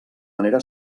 manera